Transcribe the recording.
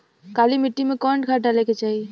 काली मिट्टी में कवन खाद डाले के चाही?